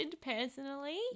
personally